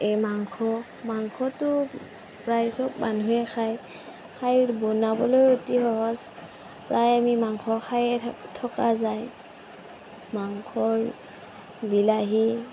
এই মাংস মাংসতো প্ৰায় চব মানুহে খাই খাই বনাবলৈও অতি সহজ প্ৰায়ে আমি মাংস খাইয়ে থকা যায় মাংসৰ বিলাহী